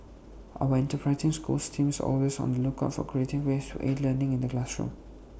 our enterprising schools team is always on the lookout for creative ways to aid learning in the classroom